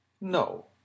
No